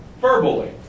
verbally